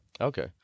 Okay